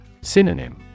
Synonym